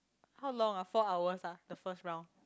how long ah four hours ah the first round